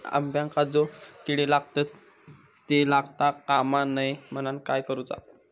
अंब्यांका जो किडे लागतत ते लागता कमा नये म्हनाण काय करूचा?